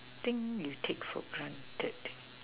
thing you take for granted